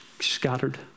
scattered